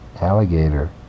alligator